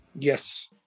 Yes